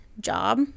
job